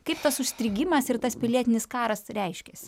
kaip tas užstrigimas ir tas pilietinis karas reiškiasi